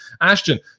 Ashton